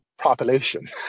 population